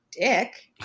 dick